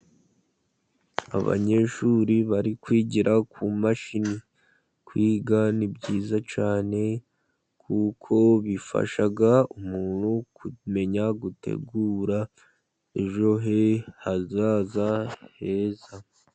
Abanyeshuri bari kwigira ku mashini. Kwiga ni byiza cyane kuko bifasha umuntu kumenya gutegura ejo he hazaza heza.